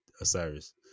Osiris